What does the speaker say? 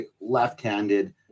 left-handed